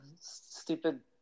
stupid